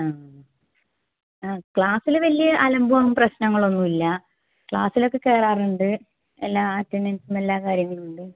ആ ആ ക്ലാസ്സില് വലിയ അലമ്പോ പ്രശ്നങ്ങളോ ഒന്നും ഇല്ല ക്ലാസ്സിലൊക്കെ കയറാറുണ്ട് എല്ലാ അറ്റെൻഡൻസും എല്ലാ കാര്യങ്ങളുമുണ്ട്